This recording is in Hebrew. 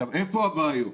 היכן הבעיות.